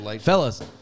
fellas